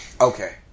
Okay